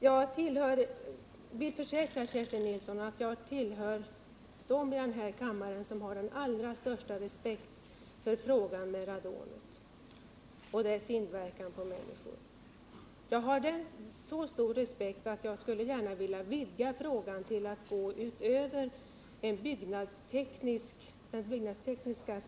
Jag vill försäkra Kerstin Nilsson att jag tillhör dem här i kammaren som har den allra största respekt för frågan om radonet och dess inverkan på människor. Jag har så stor respekt för den att jag gärna skulle vilja vidga den till att omfatta även andra aspekter än de byggnadstekniska.